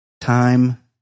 Time